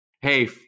Hey